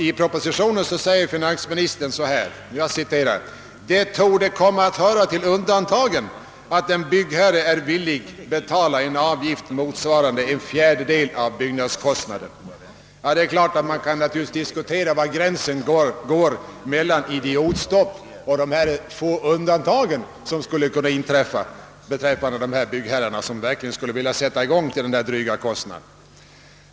I denna säger finansministern: »Det torde komma att höra till undantagen att en byggherre är villig betala en avgift motsvarande en fjärdedel av byggnadskostnaden.» Man kan naturligtvis diskutera var gränsen går mellan »idiotstopp» och de få undantag som i så fall skulle förekomma där byggherrar verkligen skulle vilja bygga till dessa dryga kostnader.